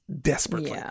desperately